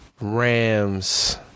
Rams